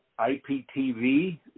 IPTV